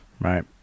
Right